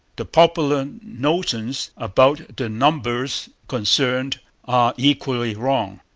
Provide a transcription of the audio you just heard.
the popular notions about the numbers concerned are equally wrong.